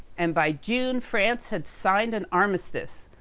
and, by june, france had signed an armistice,